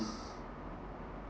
s~